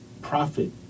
profit